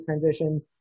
transitions